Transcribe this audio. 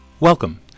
Welcome